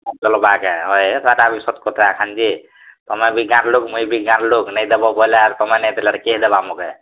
ଚଲବା କାଏଁ ହଏ ହେଟାବି ସଥ୍ କଥା କାଞ୍ଜେ ତମେବି ଗାଁଲୋକ୍ ମୁଇଁବି ଗାଁଲୋକ୍ ନେଇ ଦେବ ବୋଏଲେ ଆର ତମେ ନାଇଁ ଦେବ ବୋଏଲେ କିଏ ଦେବା ମୋତେ